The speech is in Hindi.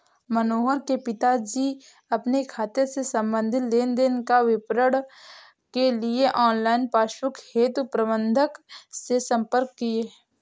मनोहर के पिताजी अपने खाते से संबंधित लेन देन का विवरण के लिए ऑनलाइन पासबुक हेतु प्रबंधक से संपर्क किए